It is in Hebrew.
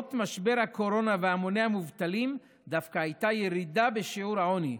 למרות משבר הקורונה והמוני המובטלים דווקא הייתה ירידה בשיעור העוני.